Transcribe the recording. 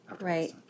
Right